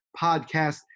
Podcast